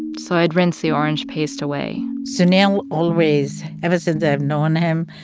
so i'd rinse the orange paste away sunil always, ever since i've known him,